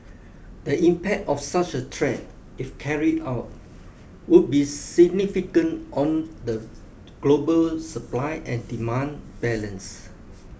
the impact of such a threat if carried out would be significant on the global supply and demand balance